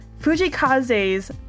Fujikaze's